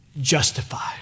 justified